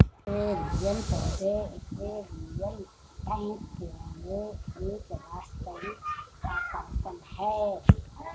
aquarium पौधे aquarium tank के लिए एक वास्तविक आकर्षण है